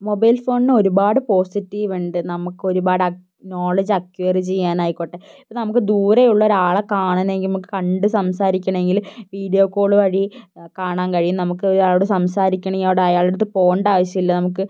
mobile ഫോണിന് ഒരുപാട് പോസിറ്റീവുണ്ട് നമുക്ക് ഒരുപാട് ആ നോളേജ് അക്വയറ് ചെയ്യാനായിക്കോട്ടെ ഇപ്പോൾ നമുക്ക് ദൂരെയുള്ള ഒരാളെ കാണണമെങ്കിൽ നമുക്ക് കണ്ടു സംസാരിക്കണമെങ്കിൽ വീഡിയോ കോള് വഴി കാണാൻ കഴിയും നമുക്ക് ഒരാളോട് സംസാരിക്കണമെങ്കിൽ അയാളുടെ അടുത്ത് പോകേണ്ട ആവിശ്യമില്ല നമുക്ക്